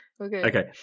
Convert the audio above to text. Okay